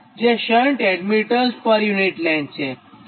જે shunt admittance per unit length છે